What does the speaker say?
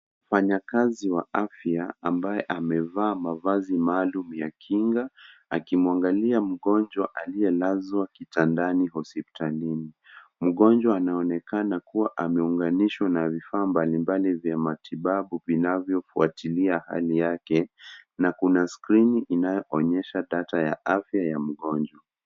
Wafanyakazi wa afya ambaye amefanya mavazi maalum ya kinga akimwangalia mgonjwa aliyelazwa kitandani hospitalini. Mgonjwa anaonekana ameunganishwa na vifaa mbalimbali ya matibabu vinavyofuatilia hali yake na kuna skrini inayoonyesha data ya afya ya mgonjwa.